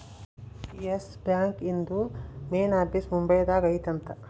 S Bank ಇಂದು main office Mumbai ದಾಗ ಐತಿ ಅಂತ